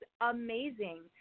amazing